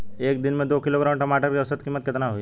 एक दिन में दो किलोग्राम टमाटर के औसत कीमत केतना होइ?